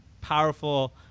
powerful